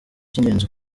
cy’ingenzi